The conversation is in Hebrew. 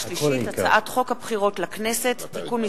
הצעת חוק הבחירות לכנסת (תיקון מס'